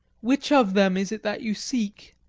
which of them is it that you seek?